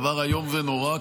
דבר איום ונורא,